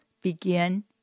begin